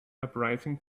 uprising